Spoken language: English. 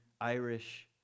Irish